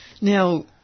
now